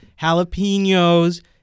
jalapenos